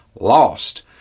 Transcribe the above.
lost